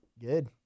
Good